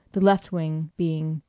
the left wing being,